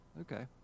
Okay